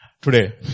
Today